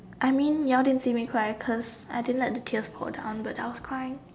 I mean you all didn't see me cry cause I didn't let the tears go down but I was crying